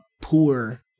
poor